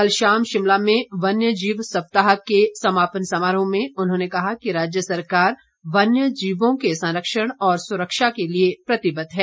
कल शाम शिमला में वन्य जीव सप्ताह के समापन समारोह में उन्होंने कहा कि राज्य सरकार वन्य जीवों के संरक्षण और सुरक्षा के लिए प्रतिबद्व है